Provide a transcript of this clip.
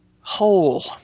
whole